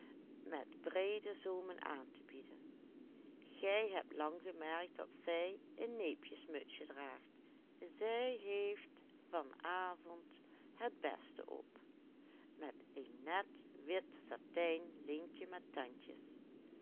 met breede zoomen aan te bieden gij hebt lang gemerkt dat zij een neepjes mutsje draagt zij heeft van avond het beste op met een net wit satijn lintje met tandjes